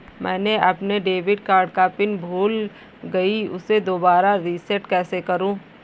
मैंने अपने debit card का पिन भूल गई, उसे दोबारा रीसेट कैसे करूँ?